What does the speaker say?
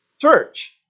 church